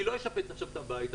אני לא אשפץ עכשיו את הבית,